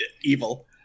evil